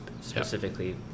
specifically